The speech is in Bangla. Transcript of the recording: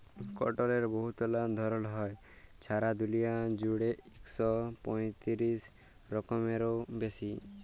কটলের বহুতলা ধরল হ্যয়, ছারা দুলিয়া জুইড়ে ইক শ পঁয়তিরিশ রকমেরও বেশি